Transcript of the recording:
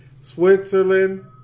Switzerland